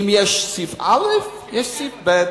אם יש סעיף א', יש סעיף ב'.